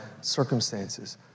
circumstances